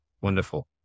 Wonderful